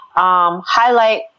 Highlight